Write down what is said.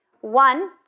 One